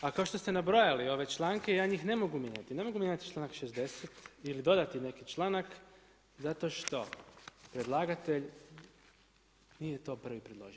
A kao što ste nabrojali ove članke ja njih ne mogu mijenjati, ne mogu mijenjati članak 60 ili dodati neki članak, zato što predlagatelj nije to prvi predložio.